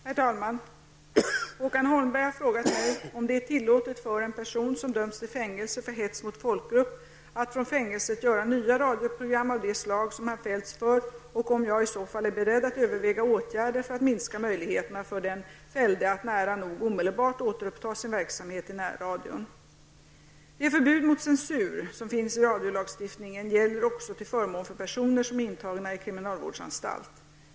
Herr talman! Håkan Holmberg har frågat mig om det är tillåtet för en person som dömts till fängelse för hets mot folkgrupp att från fängelset göra nya radioprogram av det slag som han fällts för och om jag i så fall är beredd att överväga åtgärder för att minska möjligheterna för den fällde att nära nog omedelbart återuppta sin verksamhet i närradion. Det förbud mot censur som finns i radiolagstiftningen gäller också till förmån för personer som är intagna i kriminalvårdsanstalt.